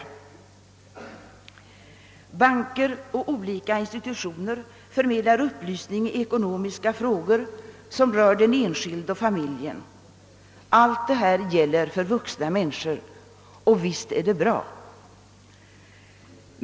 Banker och olika institutioner förmedlar upplysning i ekonomiska frågor som rör den enskilde och familjen. Allt detta gäller för vuxna människor och visst är det bra.